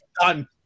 done